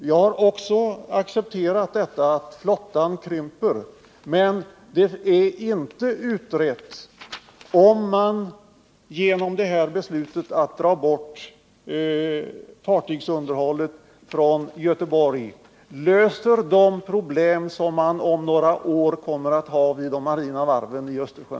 Jag har också accepterat det förhållandet att flottan krymper, men det är inte utrett om man genom beslutet att flytta bort fartygsunderhållet från Göteborg löser de problem som om några år kommer att uppstå vid de marina varven i Östersjön.